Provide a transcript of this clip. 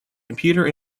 computer